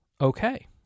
okay